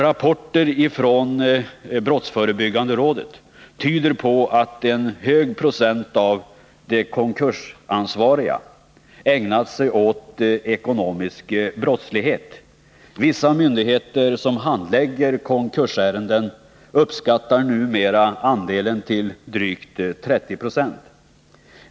Rapporter från brottsförebyggande rådet tyder på att en hög procent av de konkursansvariga har ägnat sig åt ekonomisk brottslighet. Vissa myndigheter som har att handlägga konkursärenden uppskattar numera den andelen till drygt 30 90.